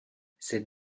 cette